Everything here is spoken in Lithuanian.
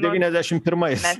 devyniasdešimt pirmais